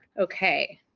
okay